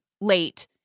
late